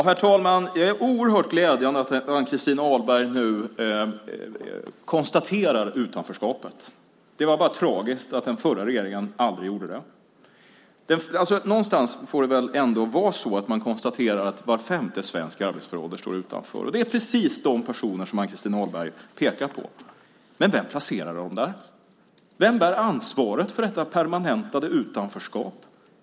Herr talman! Det är oerhört glädjande att Ann-Christin Ahlberg nu konstaterar utanförskapet. Det är bara tragiskt att den förra regeringen aldrig gjorde det. Någonstans måste man konstatera att var femte svensk i arbetsför ålder står utanför. Det är precis de personer som Ann-Christin Ahlberg pekar på. Vem placerade dem där? Vem bär ansvaret för detta permanentade utanförskap?